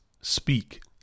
Speak